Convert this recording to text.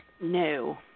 No